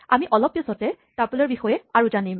আমি অলপ পিচতে টাপলৰ বিষয়ে আৰু জানিম